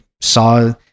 saw